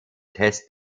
test